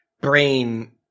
brain